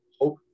Hope